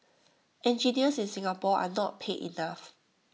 engineers in Singapore are not paid enough